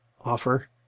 offer